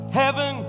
heaven